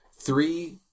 three